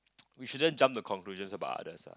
we shouldn't jump to conclusions about others lah